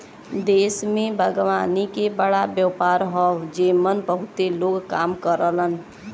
देश में बागवानी के बड़ा व्यापार हौ जेमन बहुते लोग काम करलन